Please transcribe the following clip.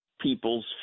people's